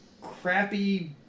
crappy